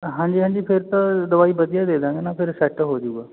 ਹਾਂਜੀ ਹਾਂਜੀ ਫਿਰ ਤਾਂ ਦਵਾਈ ਵਧੀਆ ਦੇ ਦਾਂਗੇ ਨਾ ਫਿਰ ਸੈਟ ਹੋਜੂਗਾ